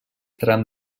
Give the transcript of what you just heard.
tram